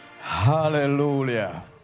Hallelujah